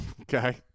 Okay